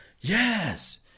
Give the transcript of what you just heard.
yes